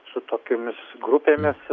su tokiomis grupėmis